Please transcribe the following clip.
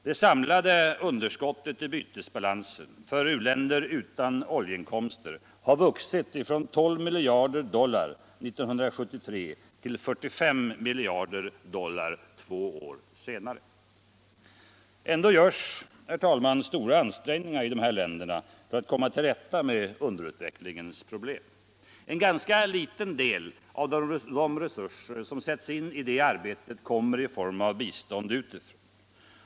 Det samlade underskottet i bytesbalansen för u-länder utan oljeinkomster har vuxit från 12 miljarder dollar 1973 till 45 miljarder dollar två år senare. Ändå görs, herr talman, stora ansträngningar i de här länderna för att komma till rätta med underutvecklingens problem. En ganska liten del av de resurser som sätts in i det arbetet kommer i form av bistånd utifrån.